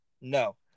no